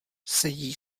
sedí